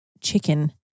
chicken